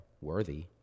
worthy